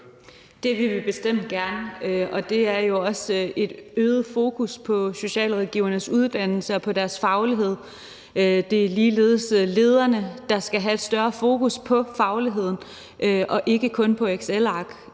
Det vil vi bestemt gerne. Det gælder også et øget fokus på socialrådgivernes uddannelse og på deres faglighed, og det er ligeledes lederne, der skal have et større fokus på fagligheden og ikke kun på excelark,